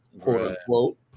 quote-unquote